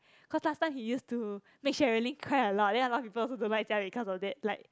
cause last time he used to make Sherilyn cry a lot then a lot of people also don't like jia wei cause of that like